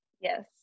Yes